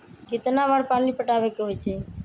कितना बार पानी पटावे के होई छाई?